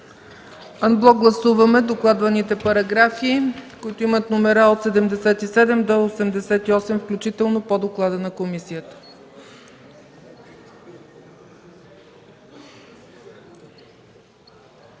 Анблок гласуваме докладваните параграфи, които са с номера от 77 до 88 включително, по доклада на комисията.